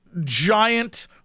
giant